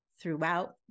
throughout